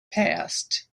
past